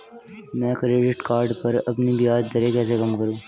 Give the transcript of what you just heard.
मैं credit card पर अपनी ब्याज दरें कैसे कम करूँ?